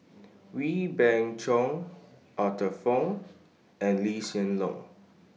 Wee Beng Chong Arthur Fong and Lee Hsien Loong